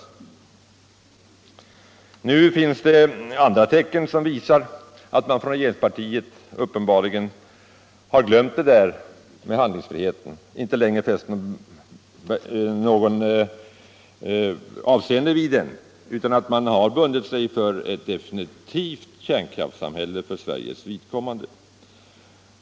Det finns andra tecken som visar att regeringspartiet har glömt kravet på handlingsfrihet och inte längre fäster något avseende vid den utan har bundit sig för ett definitivt kärnkraftssamhälle för Sveriges vidkommande.